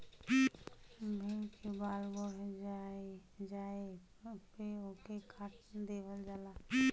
भेड़ के बाल बढ़ जाये पे ओके काट देवल जाला